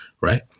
right